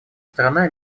страна